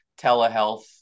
telehealth